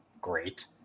Great